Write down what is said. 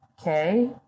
okay